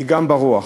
היא גם ברוח.